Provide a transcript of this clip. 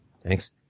thanks